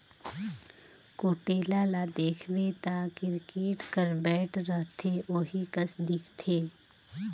कुटेला ल देखबे ता किरकेट कर बैट रहथे ओही कस दिखथे